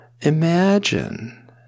Imagine